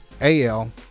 AL